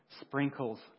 sprinkles